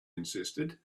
insisted